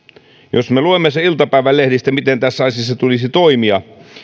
jos me luemme iltapäivälehdistä miten tässä asiassa tulisi toimia